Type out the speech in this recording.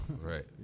Right